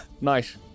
Nice